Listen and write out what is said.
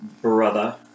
brother